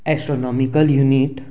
astronomical unit